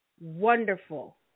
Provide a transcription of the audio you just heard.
wonderful